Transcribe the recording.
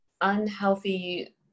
unhealthy